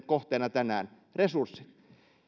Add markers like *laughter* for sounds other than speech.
*unintelligible* kohteena tänään resurssit